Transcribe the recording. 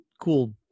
cool